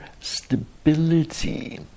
stability